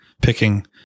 picking